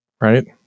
right